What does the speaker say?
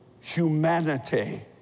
humanity